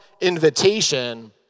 invitation